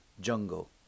jungle